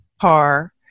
car